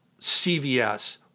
CVS